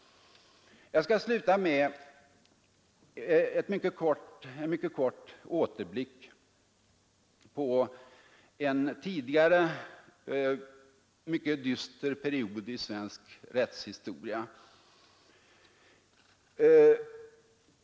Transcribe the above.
Jag skall sluta med en mycket kort återblick på en tidigare mycket dyster period i svensk rättshistoria.